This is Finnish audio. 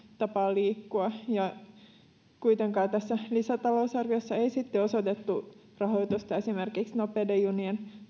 tapaan liikkua kuitenkaan tässä lisätalousarviossa ei sitten osoitettu rahoitusta esimerkiksi nopeiden junien